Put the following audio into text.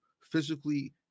physically